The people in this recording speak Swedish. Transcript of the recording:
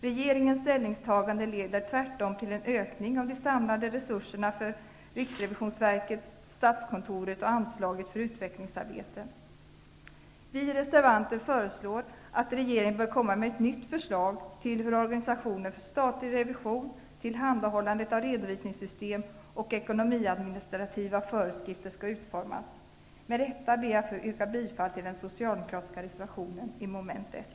Regeringens ställningstagande leder tvärtom till en ökning av de samlade resurserna för RRV, statskontoret och anslaget för utvecklingsarbete. Vi reservanter föreslår att regeringen bör komma med ett nytt förslag till hur organisationen för statlig revision och tillhandahållande av redovisningssystem och ekonomiadministrativa föreskrifter skall utformas. Med detta ber jag att få yrka bifall till den socialdemokratiska reservationen, mom. 1.